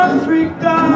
Africa